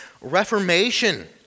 reformation